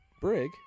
Brig